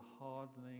hardening